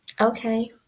okay